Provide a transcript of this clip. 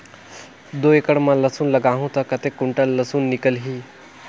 दो एकड़ मां लसुन लगाहूं ता कतेक कुंटल लसुन निकल ही?